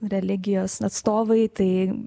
religijos atstovai tai